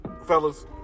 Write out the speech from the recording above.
Fellas